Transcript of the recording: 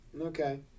Okay